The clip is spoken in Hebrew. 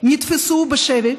נתפסו בשבי.